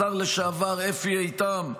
השר לשעבר אפי איתם אמר: